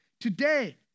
today